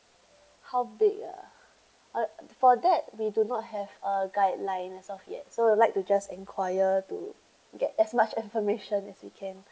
how big ah uh for that we do not have a guidelines as of yet so we'll like to just inquire to get as much information as we can